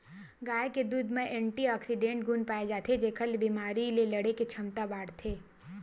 गाय के दूद म एंटीऑक्सीडेंट गुन पाए जाथे जेखर ले बेमारी ले लड़े के छमता बाड़थे